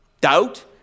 Doubt